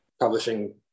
publishing